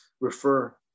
refer